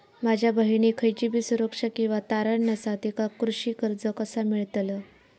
माझ्या बहिणीक खयचीबी सुरक्षा किंवा तारण नसा तिका कृषी कर्ज कसा मेळतल?